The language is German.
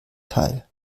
teil